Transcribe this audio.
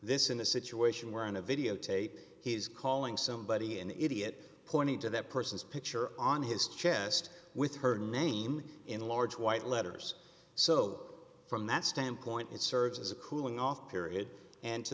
this in a situation where on a videotape he's calling somebody an idiot pointing to that person's picture on his chest with her name in large white letters so from that standpoint it serves as a cooling off period and to